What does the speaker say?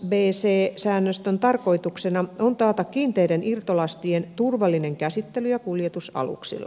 imsbc säännöstön tarkoituksena on taata kiinteiden irtolastien turvallinen käsittely ja kuljetus aluksilla